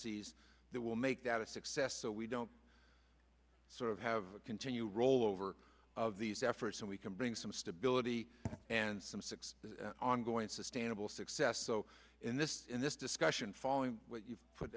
ies that will make that a success so we don't sort of have to continue roll over of these efforts and we can bring some stability and some six ongoing sustainable success so in this in this discussion following what you've put